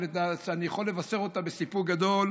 לדעתי אני יכול לבשר אותה בסיפוק גדול,